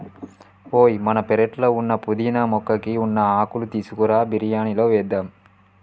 ఓయ్ మన పెరట్లో ఉన్న పుదీనా మొక్కకి ఉన్న ఆకులు తీసుకురా బిరియానిలో వేద్దాం